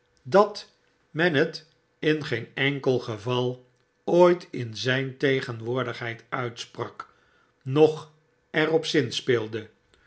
dat men het in geen enkel geval poit in zijn tegenwoordigheid uitsprak noch er op zinspeelde